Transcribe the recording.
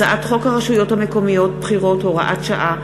הצעת חוק הרשויות המקומיות (בחירות) (הוראת שעה),